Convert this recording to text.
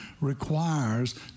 requires